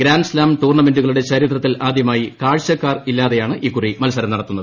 grant slam ടൂർണമെന്റുകളുടെ ചരിത്രത്തിൽ ആദ്യമായി കാഴ്ചക്കാരില്ലാതായത് ഇക്കുറി മത്സരം നടക്കുന്നത്